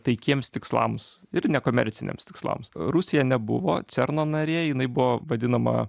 taikiems tikslams ir nekomerciniams tikslams rusija nebuvo cerno narė jinai buvo vadinama